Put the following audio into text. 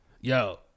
Yo